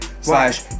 slash